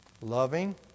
loving